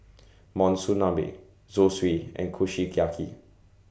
Monsunabe Zosui and Kushiyaki